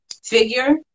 figure